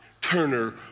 Turner